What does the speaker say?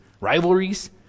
rivalries